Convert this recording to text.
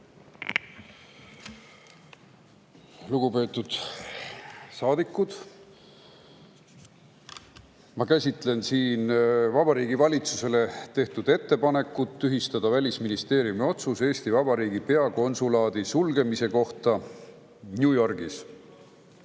Lugupeetud saadikud! Ma käsitlen siin Vabariigi Valitsusele tehtud ettepanekut tühistada Välisministeeriumi otsus Eesti Vabariigi peakonsulaadi sulgemise kohta New Yorgis. See